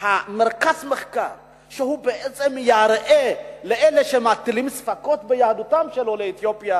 שמרכז מחקר שיראה לאלה שמטילים ספקות ביהדותם של עולי אתיופיה